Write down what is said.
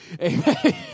Amen